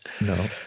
No